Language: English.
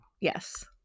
yes